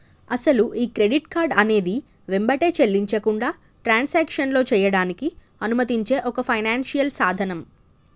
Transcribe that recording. అసలు ఈ credit card అనేది వెంబటే చెల్లించకుండా ట్రాన్సాక్షన్లో చేయడానికి అనుమతించే ఒక ఫైనాన్షియల్ సాధనం